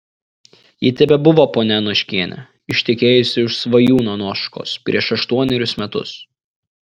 ji tebebuvo ponia anoškienė ištekėjusi už svajūno anoškos prieš aštuonerius metus